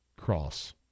Cross